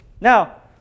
Now